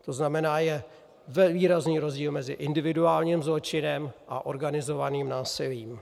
To znamená, je výrazný rozdíl mezi individuálním zločinem a organizovaným násilím.